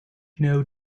know